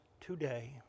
today